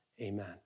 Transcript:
Amen